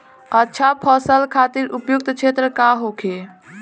अच्छा फसल खातिर उपयुक्त क्षेत्र का होखे?